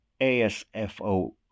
ASFO